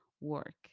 work